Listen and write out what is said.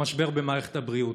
המשבר במערכת הבריאות.